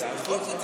אז בכל זאת,